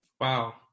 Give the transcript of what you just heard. Wow